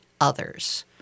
others